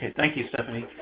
thank you, stephanie.